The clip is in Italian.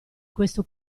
questo